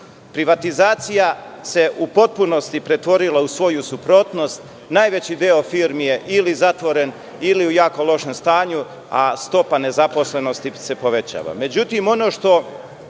teže. Privatizacija se u potpunosti pretvorila u svoju suprotnost, najveći deo firmi je ili zatvoren, ili u jako lošem stanju, a stopa nezaposlenosti se povećava.